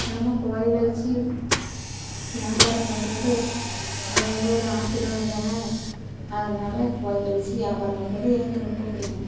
இன்னுமும் கோவிலில் வெச்சு வியாபாரம் பண்ணுறது அது அது ஒரு ஆசீர்வாதம் தானே அதனால கோவிலில் வெச்சு வியாபாரம் பார்க்குறது எனக்கு ரொம்ப பிடிக்கும்